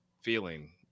feeling